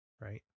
right